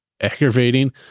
aggravating